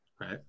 Right